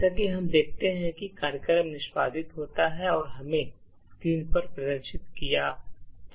जैसा कि हम देखते हैं कि कार्यक्रम निष्पादित होता है और हमें स्क्रीन पर प्रदर्शित किया जाता है